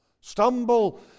stumble